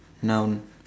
noun